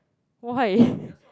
why